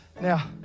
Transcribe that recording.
Now